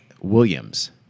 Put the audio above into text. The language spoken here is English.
Williams